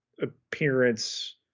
appearance